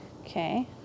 Okay